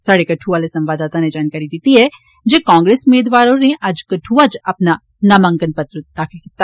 स्हाड़े कठुआ आले संवाददाता नै जानकारी दित्ती ऐ जे कांग्रेस मेदवार होर अज्ज कठुआ इच अपना नामांकन पत्र दाखल कीता